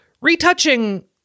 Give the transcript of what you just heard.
retouching